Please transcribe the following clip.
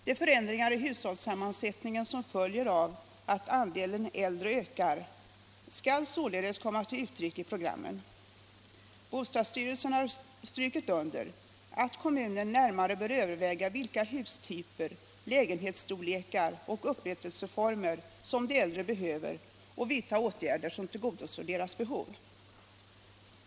De förändringar i hushållssammansättningen som följer av att andelen äldre ökar skall således komma till uttryck i programmen. Bostadsstyrelsen har strukit under att kommunerna närmare bör överväga vilka hustyper, lägenhetsstorlekar och upplåtelseformer som de äldre behöver och vidta åtgärder som tillgodoser deras behov.